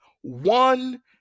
one